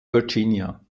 virginia